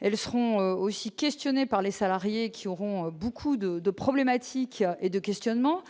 elles seront aussi questionné par les salariés qui auront beaucoup de de problématiques et de questionnement,